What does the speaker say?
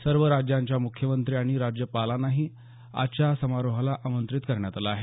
सर्व राज्यांच्या मुख्यमंत्री आणि राज्यपालांनाही आजच्या समारोहाला आमंत्रित करण्यात आलं आहे